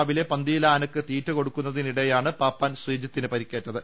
രാവിലെ പന്തിയിലെ ആനയ്ക്ക് തീറ്റ കൊടുക്കുന്നതിനിടെയാണ് പാപ്പാൻ ശ്രീജിത്തിന് പരിക്കേറ്റത്